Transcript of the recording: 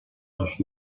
dels